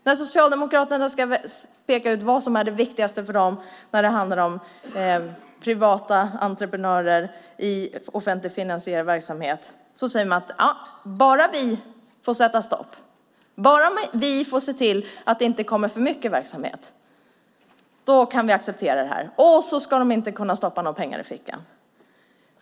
När Socialdemokraterna ska peka ut vad som är det viktigaste för dem när det handlar om privata entreprenörer i offentligt finansierad verksamhet säger de: Bara vi får sätta stopp! Bara vi får se till att det inte kommer för mycket verksamhet! Då kan vi acceptera det. Och så ska de inte kunna stoppa några pengar i fickan.